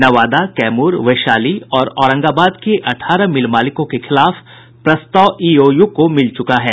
नवादा कैमूर वैशाली और औरंगाबाद के अठारह मिल मालिकों के खिलाफ प्रस्ताव ईओयू को मिल चुका है